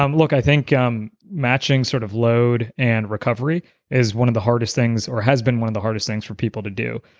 um look, i think um matching sort of load and recovery is one of the hardest things or has been one of the hardest things for people to do.